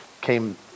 came